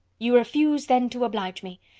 you refuse, then, to oblige me.